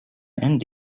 and